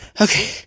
Okay